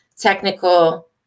technical